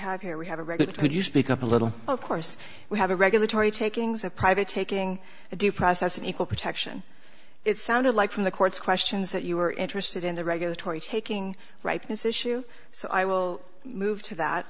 have here we have a record could you speak up a little of course we have a regulatory takings a private taking due process and equal protection it sounded like from the court's questions that you were interested in the regulatory taking ripeness issue so i will move to that